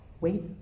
wait